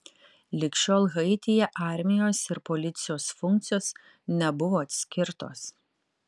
lig šiol haityje armijos ir policijos funkcijos nebuvo atskirtos